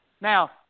Now